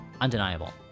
undeniable